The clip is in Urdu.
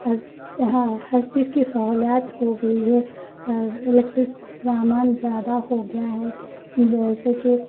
ہر ہا ہر چیز کی سہولیات ہو گئی ہے الیکٹرک سامان زیادہ ہو گیا ہے جیسے کہ